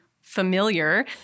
familiar